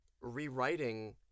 rewriting